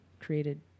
created